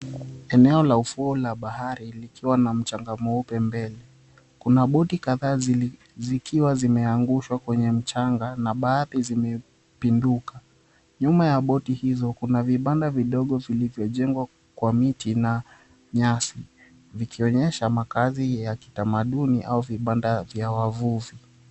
Eneo la ufuo la bahari likiwa na mchanga mweupe mbele. Kuna boti kadhaa zikiwa zimeangushwa kwenye mchanga na baadhi zimepinduka. Nyuma ya boti hizo kuna vibanda vidogo vilivyojengwa kwa miti na nyasi vikionyesha makazi ya kitamaduni au vibanda vya wavuvi.